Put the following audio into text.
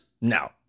no